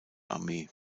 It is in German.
armee